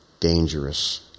dangerous